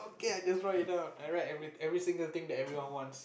okay I just write it down I write every every single thing that everyone wants